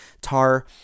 Tar